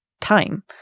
time